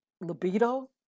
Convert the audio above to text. libido